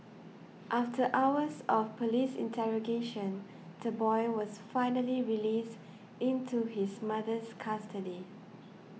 after hours of police interrogation the boy was finally released into his mother's custody